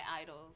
idols